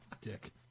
Dick